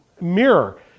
mirror